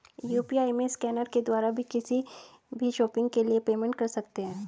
UPI में scanner के द्वारा भी किसी भी शॉपिंग के लिए पेमेंट कर सकते है